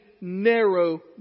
narrow